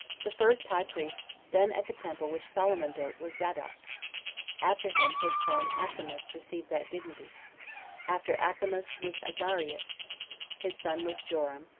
the first high priest then at the temple which solomon built was zadok after him his son achimas received that dignity after achimas was azarias his son was joram,